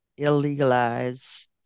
illegalize